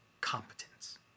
competence